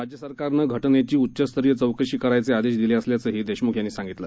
राज्य शासनानं घटनेची उच्चस्तरीय चौकशी करायचे आदेश दिले असल्याचंही देशमुख यांनी सांगितलं